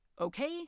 okay